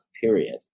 period